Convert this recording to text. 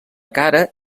cara